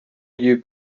you